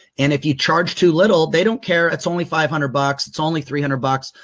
and if you charge too little, they don't care. it's only five hundred bucks. it's only three hundred bucks.